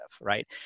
right